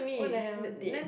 what the hell dead